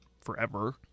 forever